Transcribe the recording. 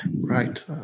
Right